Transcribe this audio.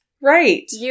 Right